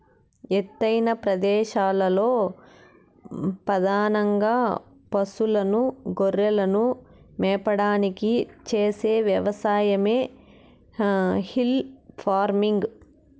ఎత్తైన ప్రదేశాలలో పధానంగా పసులను, గొర్రెలను మేపడానికి చేసే వ్యవసాయమే హిల్ ఫార్మింగ్